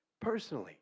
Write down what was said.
personally